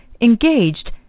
engaged